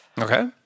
Okay